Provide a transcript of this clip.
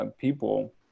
People